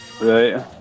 Right